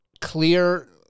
clear